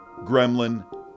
Gremlin